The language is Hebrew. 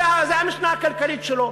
זו המשנה הכלכלית שלו.